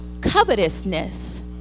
covetousness